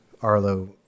Arlo